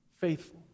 faithful